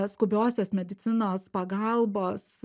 skubiosios medicinos pagalbos